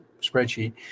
spreadsheet